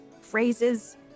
phrases